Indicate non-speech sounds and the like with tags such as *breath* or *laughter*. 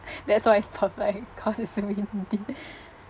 *breath* that's why it's perfect cause it's windy *breath*